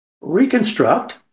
reconstruct